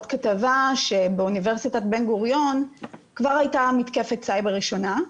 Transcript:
כתבה שבאוניברסיטת בן-גוריון כבר הייתה מתקפת סייבר ראשונה,